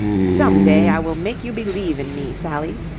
some day i will make you believe in me, sally.